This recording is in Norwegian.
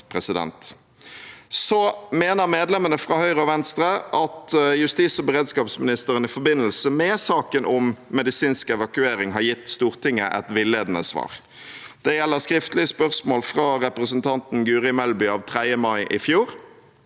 Så mener medlemmene fra Høyre og Venstre at justis- og beredskapsministeren i forbindelse med saken om medisinsk evakuering har gitt Stortinget et villedende svar. Det gjelder skriftlig spørsmål fra representanten Guri Melby av 3. mai i fjor.